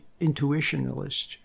intuitionalist